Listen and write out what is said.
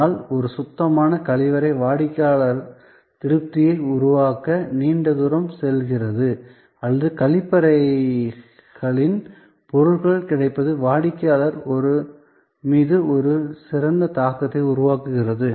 ஆனால் ஒரு சுத்தமான கழிவறை வாடிக்கையாளர் திருப்தியை உருவாக்க நீண்ட தூரம் செல்கிறது அல்லது கழிப்பறைகளின் பொருட்கள் கிடைப்பது வாடிக்கையாளர் மீது ஒரு சிறந்த தாக்கத்தை உருவாக்குகிறது